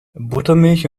buttermilch